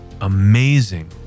amazing